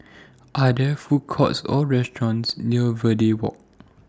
Are There Food Courts Or restaurants near Verde Walk